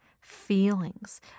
feelings